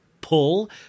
pull